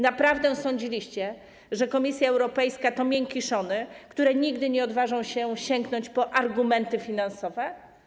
Naprawdę sądziliście, że Komisja Europejska to miękiszony, które nigdy nie odważą się sięgnąć po argumenty finansowe?